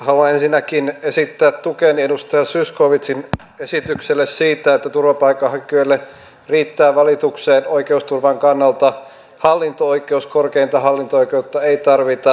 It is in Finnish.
haluan ensinnäkin esittää tukeni edustaja zyskowiczin esitykselle siitä että turvapaikanhakijoille riittää valitukseen oikeusturvan kannalta hallinto oikeus korkeinta hallinto oikeutta ei tarvita